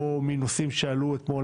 או נושאים שעלו אתמול,